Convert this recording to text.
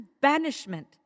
banishment